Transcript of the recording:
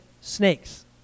snakes